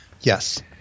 Yes